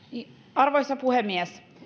arvoisa puhemies